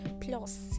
plus